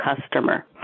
customer